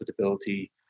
profitability